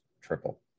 triple